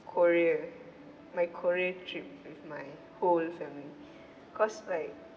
korea my korea trip with my whole family cause like